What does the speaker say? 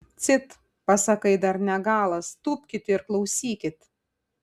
cit pasakai dar ne galas tūpkit ir klausykit